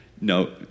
No